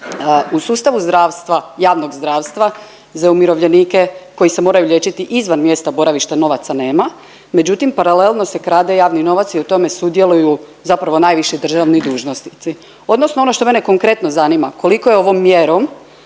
u sustavu zdravstva, javnog zdravstva za umirovljenike koji se moraju liječiti izvan mjesta boravišta novaca nema, međutim paralelno se krade javni novac i u tome sudjeluju zapravo najviši državni dužnosnici odnosno ono što mene konkretno zanima koliko je ovom mjerom